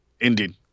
Indeed